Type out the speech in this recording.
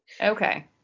Okay